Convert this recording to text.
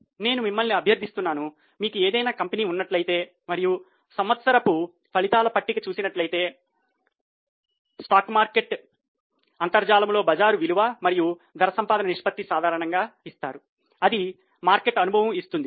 నేను మిమ్మల్ని అభ్యర్థిస్తున్నాను మీకు ఏదైనా కంపెనీ ఉన్నట్లయితే మరియు సంవత్సరపు ఫలితాల పట్టిక చూచినట్లయితే స్టాక్ మార్కెట్ అంతర్జాలంలో బజారు విలువ మరియు ధర సంపాదన నిష్పత్తి సాధారణంగా ఇస్తారు అది మీకు మార్కెట్ అనుభవము ఇస్తుంది